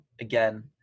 again